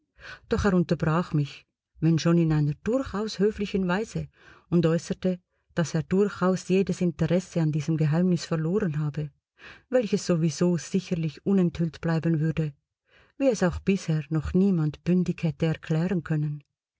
doch er unterbrach mich wennschon in einer durchaus höflichen weise und äußerte daß er durchaus jedes interesse an diesem geheimnis verloren habe welches sowieso sicherlich unenthüllt bleiben würde wie es auch bisher noch niemand bündig hätte erklären können